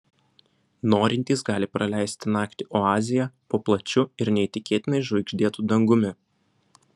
norintys gali praleisti naktį oazėje po plačiu ir neįtikėtinai žvaigždėtu dangumi